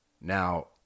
Now